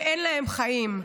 ואין להם חיים.